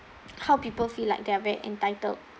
how people feel like they're very entitled